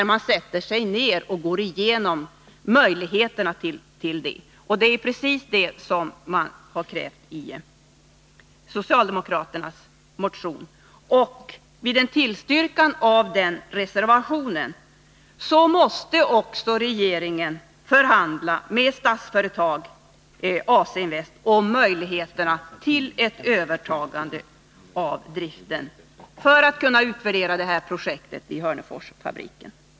Man sätter sig ned och går igenom vilka möjligheter som finns. Det är precis det som vi socialdemokrater har krävt i motionen. I händelse av en tillstyrkan av reservationen måste också regeringen förhandla med Statsföretag/AC-invest när det gäller möjligheterna till ett övertagande av driften för att projektet vid Hörneforsfabriken skall kunna realprövas.